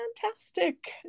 fantastic